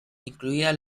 incluida